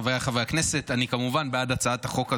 חבריי חברי הכנסת, אני כמובן בעד הצעת החוק הזו.